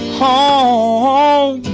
home